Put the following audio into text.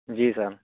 जी sir